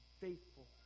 faithful